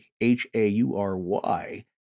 H-A-U-R-Y